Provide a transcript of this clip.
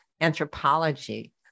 anthropology